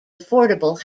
affordable